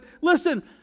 listen